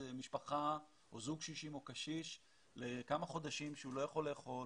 משפחה או זוג קשישים או קשיש לכמה חודשים בהם הוא לא יכול לאכול,